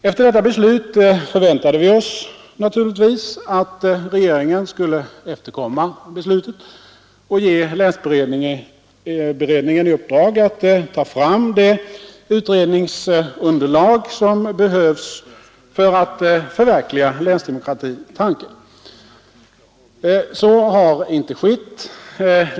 Efter detta förväntade vi oss naturligtvis att regeringen skulle efterkomma beslutet och ge länsberedningen i uppdrag att ta fram det utredningsunderlag som behövs för att förverkliga länsdemokratitanken. Så har inte skett.